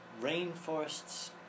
Rainforests